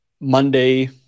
Monday